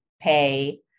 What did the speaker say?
pay